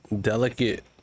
delicate